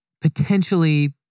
potentially